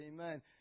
Amen